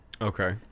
okay